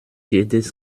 jedes